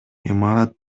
имарат